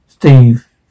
Steve